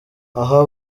aha